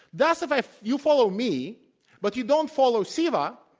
thus, if ah you follow me but you don't follow siva,